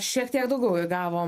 šiek tiek daugiau įgavom